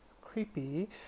creepy